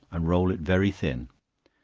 and roll it very thin,